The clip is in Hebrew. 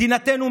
מדינתנו,